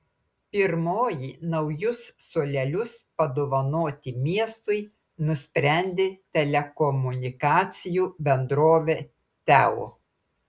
pirmoji naujus suolelius padovanoti miestui nusprendė telekomunikacijų bendrovė teo